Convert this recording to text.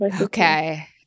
Okay